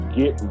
get